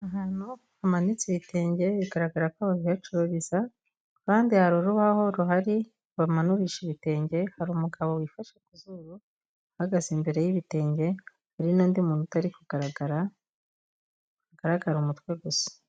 Ahantu hamanitse ibitenge bigaragara ko babihacururiza kandi hari urubaho ruhari bamanurisha ibitenge, hari umugabo wifashe ku zuru uhagaze imbere y'ibitenge, hari n'undi muntu utari kugaragara hagaragara umutwe gusa.